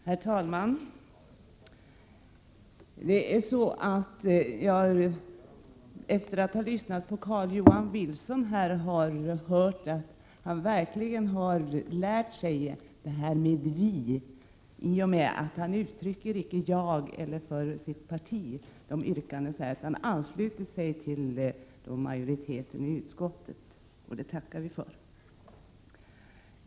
Herr talman! Då jag lyssnade på Carl-Johan Wilson konstaterade jag att han verkligen har lärt sig använda uttrycket ”vi”. Han säger inte ”jag” och han yrkar inte för sitt partis räkning. Han ansluter sig till majoriteten i utskottet, och det tackar vi för.